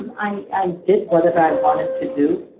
um i i did whatever i wanted to do.